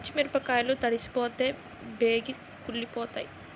పచ్చి మిరపకాయలు తడిసిపోతే బేగి కుళ్ళిపోతాయి